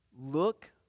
Look